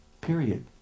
Period